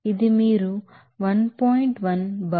1 bar absolute రాయవచ్చు